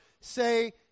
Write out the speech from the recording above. say